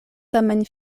tamen